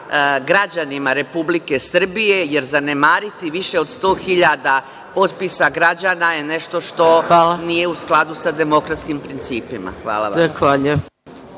građanima Republike Srbije, jer zanemariti više od 100.000 potpisa građana je nešto što nije u skladu sa demokratskim principima. Hvala.